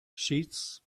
sheets